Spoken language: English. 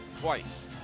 twice